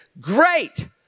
great